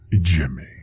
Jimmy